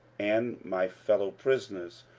and my fellow-prisoners,